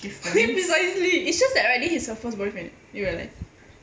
precisely it's just that right I think he's her first boyfriend do you realise